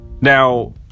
Now